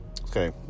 Okay